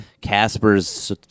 casper's